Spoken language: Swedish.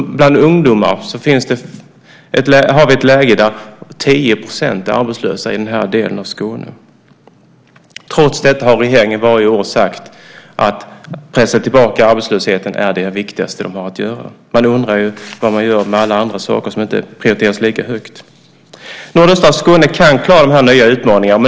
Bland ungdomar har vi ett läge där 10 % är arbetslösa i den här delen av Skåne. Trots detta har regeringen varje år sagt att pressa tillbaka arbetslösheten är det viktigaste den har att göra. Man undrar vad den gör med alla andra saker som inte prioriteras lika högt. Nordöstra Skåne kan klara de här nya utmaningarna.